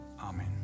Amen